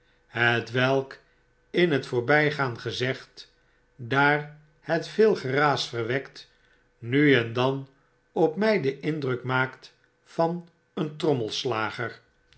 merken in het drama hetwelk in't voorbijgaan gezegd daar het veel geraas verwekt nu en dan op my den indruk maakt van een